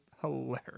hilarious